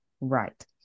Right